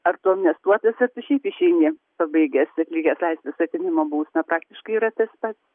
ar tu amnestuotas ar tu šiaip išeini pabaigęs atlikęs laisvės atėmimo bausmę praktiškai yra tas pats